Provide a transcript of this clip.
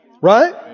right